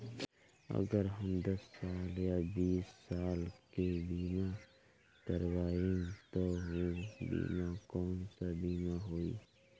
अगर हम दस साल या बिस साल के बिमा करबइम त ऊ बिमा कौन सा बिमा होई?